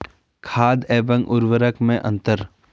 खाद एवं उर्वरक में अंतर?